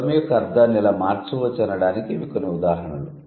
పదం యొక్క అర్థాన్ని ఇలా మార్చవచ్చు అనడానికి ఇవి కొన్ని ఉదాహరణలు